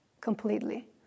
completely